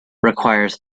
requires